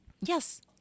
Yes